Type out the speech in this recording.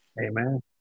Amen